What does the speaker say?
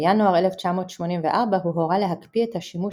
בינואר 1984 הוא הורה להקפיא את השימוש